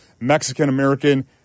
Mexican-American